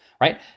right